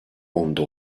onda